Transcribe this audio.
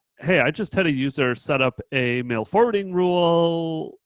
hey, i just had a user set up a mail forwarding rule.